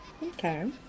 Okay